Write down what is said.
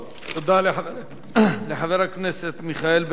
תודה לחבר הכנסת מיכאל בן-ארי.